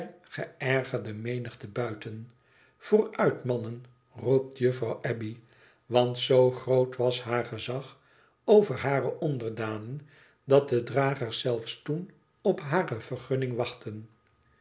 geërgerde menigte buiten vooruit mannen roept juffrouw abbey want z groot was haar gezag over hare onderdanen dat de dragers zelfs toen op hare vergunning wachtten